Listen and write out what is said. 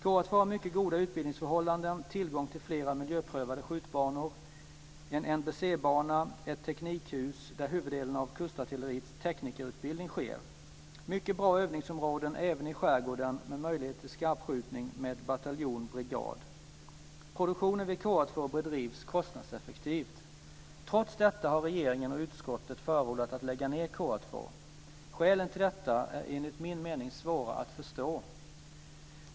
KA 2 har mycket goda utbildningsförhållanden, tillgång till flera miljöprövade skjutbanor, en NBC bana, ett teknikhus där huvuddelen av kustartilleriets teknikerutbildning sker och mycket bra övningsområden även i skärgården med möjlighet till skarpskjutning med bataljon och brigad. Produktionen vid KA 2 bedrivs kostnadseffektivt. Trots detta har regeringen och utskottet förordat att lägga ned KA 2. Skälen till detta är enligt min mening svåra att förstå.